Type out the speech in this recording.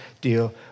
deal